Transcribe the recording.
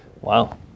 Wow